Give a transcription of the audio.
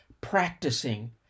practicing